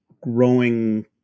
growing